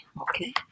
Okay